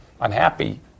unhappy